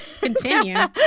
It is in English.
Continue